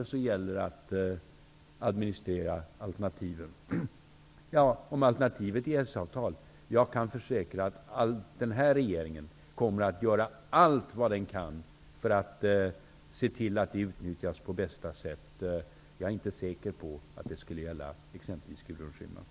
När det gäller att administrera alternativen kan jag försäkra att den här regeringen kommer att göra allt den kan för att se till att det görs på bästa sätt om alternativet är ett EES-avtal. Jag är inte säker på att det skulle gälla exempelvis Gudrun Schyman.